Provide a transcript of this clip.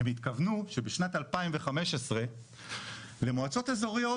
הם התכוונו שבשנת 2015 למועצות אזוריות